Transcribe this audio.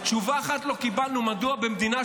תשובה אחת לא קיבלנו על השאלה מדוע במדינה,